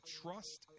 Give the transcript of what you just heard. trust